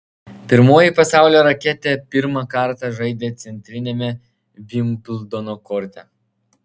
pirmoji pasaulio raketė pirmą kartą žaidė centriniame vimbldono korte